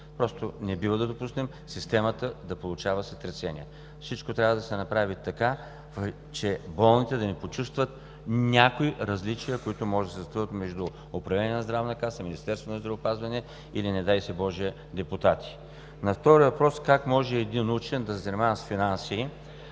Не бива да допуснем системата да получава сътресения. Всичко трябва да се направи така, че болните да не почувстват някои различия, които може да съществуват между управление на Здравната каса, Министерството на здравеопазване или, не дай Боже, депутати. На втория въпрос: как може един учен да се занимава с финанси?